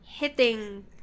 Hitting